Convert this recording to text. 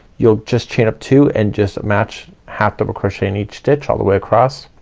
you'll just chain up two and just match half double crochet in each stitch all the way across